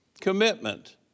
Commitment